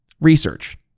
Research